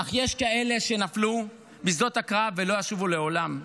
אך יש כאלה שנפלו בשדות הקרב ולא ישובו לעולם.